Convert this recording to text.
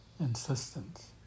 Insistence